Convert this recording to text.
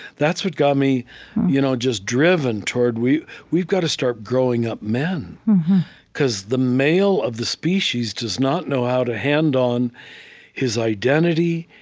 that's what got me you know just driven toward we've we've got to start growing up men because the male of the species does not know how to hand on his identity,